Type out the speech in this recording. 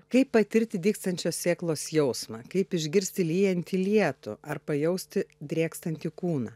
kaip patirti dygstančios sėklos jausmą kaip išgirsti lyjantį lietų ar pajausti drėkstantį kūną